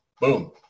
Boom